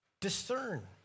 discern